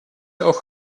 auch